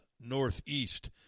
Northeast